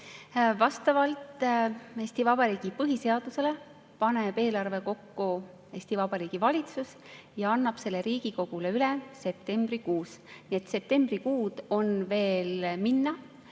Vastavalt Eesti Vabariigi põhiseadusele paneb eelarve kokku Vabariigi Valitsus ja annab selle Riigikogule üle septembrikuus. Septembrikuu veel